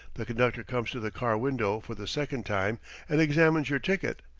the conductor comes to the car-window for the second time and examines your ticket,